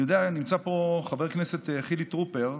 אני יודע שנמצא פה חבר כנסת חילי טרופר,